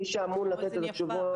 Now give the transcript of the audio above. מי שאמון לתת התשובות